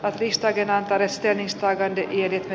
riistäytymään westernistä kävi niin että